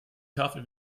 tafel